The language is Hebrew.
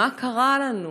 מה קרה לנו?